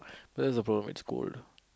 that's the problem it's gold